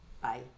Bye